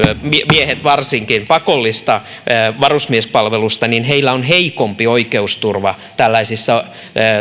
miehet varsinkin pakollista varusmiespalvelusta on heikompi oikeusturva tällaisissa